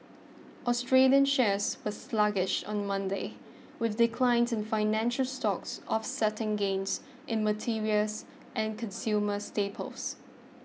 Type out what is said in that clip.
Australian shares were sluggish on Monday with declines in financial stocks offsetting gains in materials and consumer staples